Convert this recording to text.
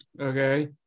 okay